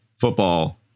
football